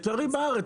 לצערי בארץ,